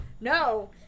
No